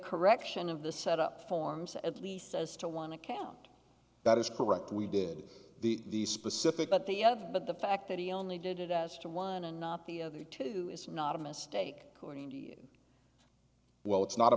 correction of the set up forms at least as to one account that is correct we did the specific but the other but the fact that he only did it as to one and not the other two is not a mistake well it's not a